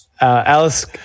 Alice